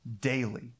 daily